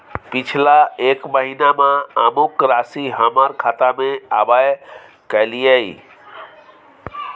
पिछला एक महीना म अमुक राशि हमर खाता में आबय कैलियै इ?